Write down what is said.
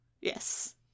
Yes